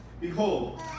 behold